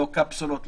לא קפסולות,